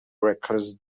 reckless